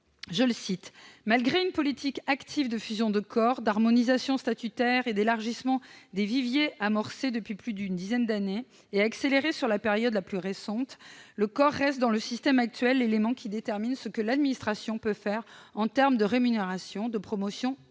en 2008 :« malgré une politique active de fusion de corps, d'harmonisation statutaire et d'élargissement des viviers amorcée depuis plus d'une dizaine d'années et accélérée sur la période la plus récente, le corps reste, dans le système actuel, l'élément qui détermine ce que l'administration peut faire en termes de rémunération, de promotion et